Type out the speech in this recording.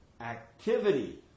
activity